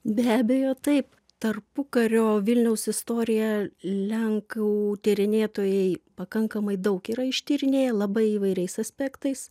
be abejo taip tarpukario vilniaus istoriją lenkų tyrinėtojai pakankamai daug yra ištyrinėję labai įvairiais aspektais